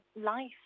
life